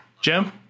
Jim